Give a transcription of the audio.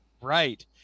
right